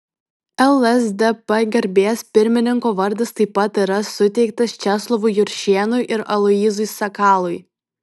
lsdp garbės pirmininko vardas taip pat yra suteiktas česlovui juršėnui ir aloyzui sakalui